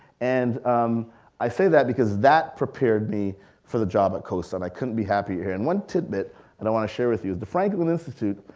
and i say that, because that prepared me for the job at cosi and i couldn't be happier here. and one tidbit, that and i wanna share with you. the franklin institute,